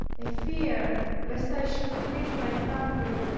a fear lest i should leave my country,